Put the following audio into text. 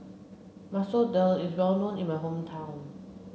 Masoor Dal is well known in my hometown